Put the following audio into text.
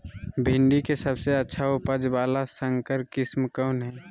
भिंडी के सबसे अच्छा उपज वाला संकर किस्म कौन है?